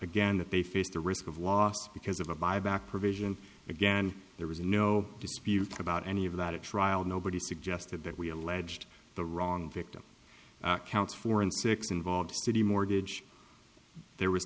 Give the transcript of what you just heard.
again that they faced the risk of loss because of a buyback provision again there was no dispute about any of that at trial nobody suggested that we alleged the wrong victim counts four and six involved to the mortgage there was